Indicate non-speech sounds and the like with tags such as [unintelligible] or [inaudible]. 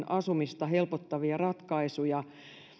[unintelligible] asumista helpottavia ratkaisuja